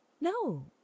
no